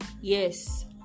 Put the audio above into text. Yes